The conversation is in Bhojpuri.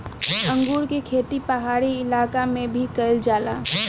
अंगूर के खेती पहाड़ी इलाका में भी कईल जाला